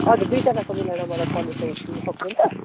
हजुर दुईजनाको मिलाएर मलाई पन्ध्र सय दिनु सक्नुहुन्छ